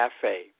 Cafe